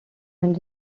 ends